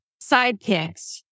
sidekicks